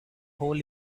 hole